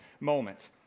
moment